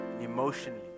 emotionally